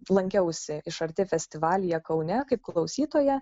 lankiausi iš arti festivalyje kaune kaip klausytoja